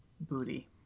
Booty